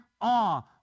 awe